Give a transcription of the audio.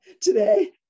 today